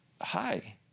hi